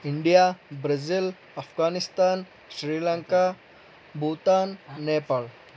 India Brazil Afghanistan Sri Lanka Bhutan Nepal